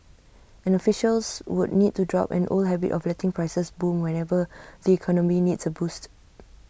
and officials would need to drop an old habit of letting prices boom whenever the economy needs A boost